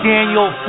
Daniel